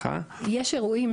לשינוי,